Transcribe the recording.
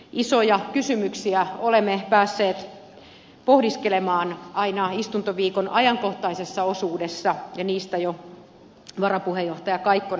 isoja kysymyksiä olemme päässet pohdiskelemaan aina istuntoviikon ajankohtaisessa osuudessa ja niistä jo varapuheenjohtaja kaikkonen hyvin kertoi